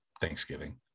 Thanksgiving